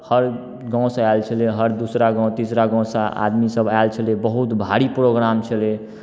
हर गाँवसँ आयल छलै हर दूसरा गाँव तीसरा गाँवसँ आदमीसभ आयल छलै बहुत भारी प्रोग्राम छलै